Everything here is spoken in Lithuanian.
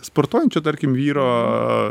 sportuojančio tarkim vyro